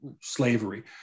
slavery